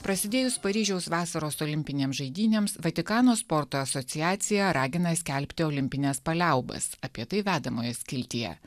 prasidėjus paryžiaus vasaros olimpinėms žaidynėms vatikano sporto asociacija ragina skelbti olimpines paliaubas apie tai vedamoje skiltyje